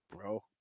bro